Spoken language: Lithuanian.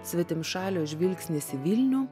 svetimšalių žvilgsnis į vilnių